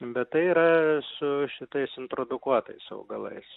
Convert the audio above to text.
bet tai yra su šitais introdukuotais augalais